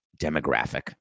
demographic